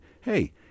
hey